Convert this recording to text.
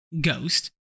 Ghost